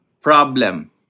Problem